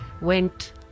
went